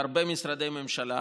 בהרבה משרדי ממשלה,